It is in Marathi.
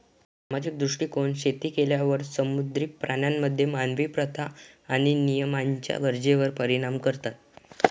सामाजिक दृष्टीकोन शेती केलेल्या समुद्री प्राण्यांमध्ये मानवी प्रथा आणि नियमांच्या गरजेवर परिणाम करतात